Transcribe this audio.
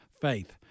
faith